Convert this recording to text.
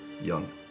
young